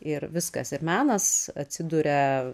ir viskas ir menas atsiduria